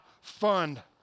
fund